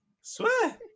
swear